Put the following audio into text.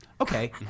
Okay